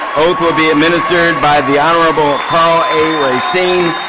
oath will be administered by the honorable racine,